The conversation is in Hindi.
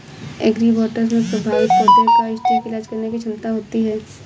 एग्रीबॉट्स में प्रभावित पौधे का सटीक इलाज करने की क्षमता होती है